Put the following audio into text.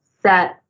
set